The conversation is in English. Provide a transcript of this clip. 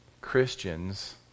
Christians